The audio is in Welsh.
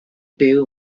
byw